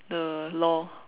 the law